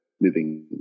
moving